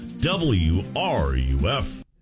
W-R-U-F